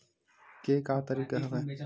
के का तरीका हवय?